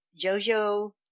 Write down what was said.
Jojo